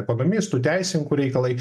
ekonomistų teisininkų reikalai